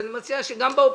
אני מציע שגם באופוזיציה,